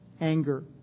anger